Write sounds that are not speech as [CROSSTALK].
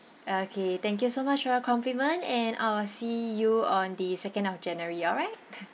okay thank you so much for your compliment and I'll see you on the second of january alright [LAUGHS]